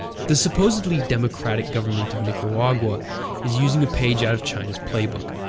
the supposedly democratic government of nicaragua is using a page out of china's playbook,